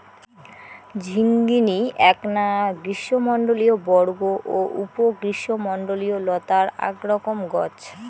ঝিঙ্গিনী এ্যাকনা গ্রীষ্মমণ্ডলীয় বর্গ ও উপ গ্রীষ্মমণ্ডলীয় নতার আক রকম গছ